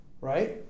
right